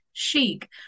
chic